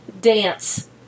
dance